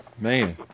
Man